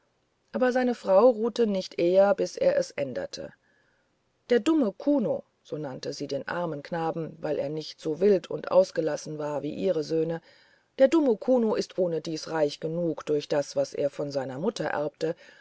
aber seine frau ruhte nicht eher bis er es änderte der dumme kuno so nannte sie den armen knaben weil er nicht so wild und aus gelassen war wie ihre söhne der dumme kuno ist ohnedies reich genug durch das was er von seiner mutter erbte